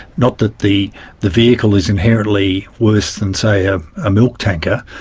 not that the the vehicle is inherently worse than, say, a ah milk tanker,